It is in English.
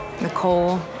Nicole